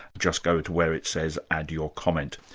just go to where it says add your comment.